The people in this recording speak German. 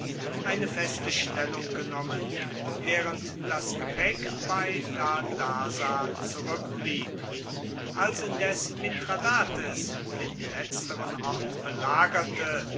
eine feste stellung genommen während das gepäck bei dadasa zurückblieb als indes mithradates den letzteren ort belagerte